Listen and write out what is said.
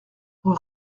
rue